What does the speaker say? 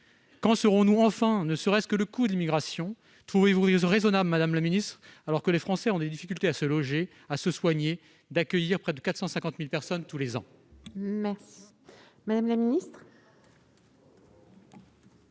Quand saurons-nous enfin ne serait-ce que le coût de l'immigration ? Trouvez-vous raisonnable, madame la ministre, alors que les Français ont des difficultés à se loger et à se soigner, d'accueillir près de 450 000 personnes tous les ans ?